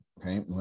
Okay